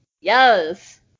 Yes